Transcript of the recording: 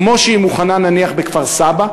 כמו שהיא מוכנה נניח בכפר-סבא?